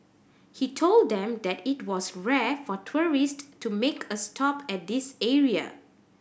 he told them that it was rare for tourist to make a stop at this area